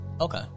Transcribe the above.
Okay